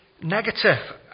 negative